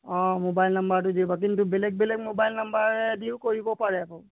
অঁ মোবাইল নাম্বাৰটো দিব কিন্তু বেলেগ বেলেগ মোবাইল নাম্বাৰেদিও কৰিব পাৰে আকৌ